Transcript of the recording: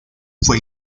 fue